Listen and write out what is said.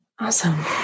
Awesome